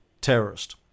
terrorist